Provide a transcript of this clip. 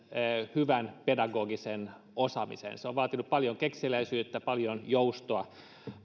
hyvän pedagogisen osaamisen se on vaatinut paljon kekseliäisyyttä ja paljon joustoa